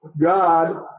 God